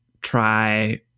try